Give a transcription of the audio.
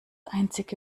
einzige